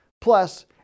Plus